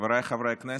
חבריי חברי הכנסת,